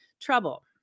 trouble